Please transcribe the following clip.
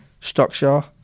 structure